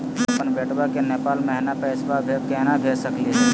हम अपन बेटवा के नेपाल महिना पैसवा केना भेज सकली हे?